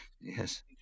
Yes